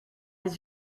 des